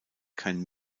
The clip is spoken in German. kein